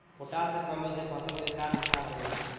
Potash के कमी से फसल के का नुकसान होला?